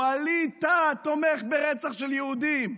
ווליד טאהא תומך ברצח של יהודים,